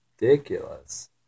ridiculous